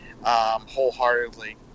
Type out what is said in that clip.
wholeheartedly